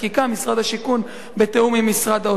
משרד השיכון בתיאום עם משרד האוצר.